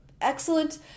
excellent